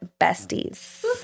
BESTIES